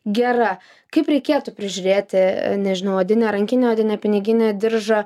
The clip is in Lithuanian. gera kaip reikėtų prižiūrėti nežinau odinę rankinę odinę piniginę diržą